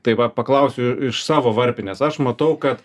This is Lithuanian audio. tai va paklausiu iš savo varpinės aš matau kad